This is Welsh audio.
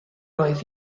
oedd